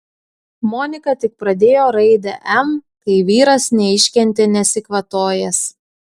monika tik pradėjo raidę m kai vyras neiškentė nesikvatojęs